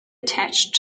attached